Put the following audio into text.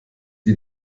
die